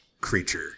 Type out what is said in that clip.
creature